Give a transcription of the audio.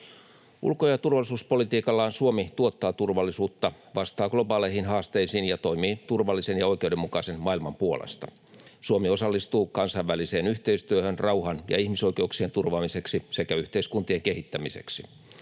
Ulko- ja turvallisuuspolitiikallaan Suomi tuottaa turvallisuutta, vastaa globaaleihin haasteisiin ja toimii turvallisen ja oikeudenmukaisen maailman puolesta. Suomi osallistuu kansainväliseen yhteistyöhön rauhan ja ihmisoikeuksien turvaamiseksi sekä yhteiskuntien kehittämiseksi.